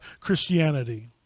Christianity